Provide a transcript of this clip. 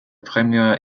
premier